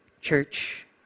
Church